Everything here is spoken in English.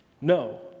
no